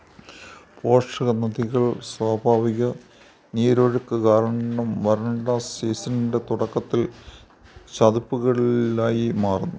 പോഷകനദികൾ സ്വാഭാവിക നീരൊഴുക്ക് കാരണം വരണ്ട സീസണിൻ്റെ തുടക്കത്തിൽ ചതുപ്പുകളിലായി മാറുന്നു